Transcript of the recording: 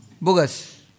Bogus